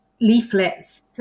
leaflets